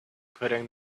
putting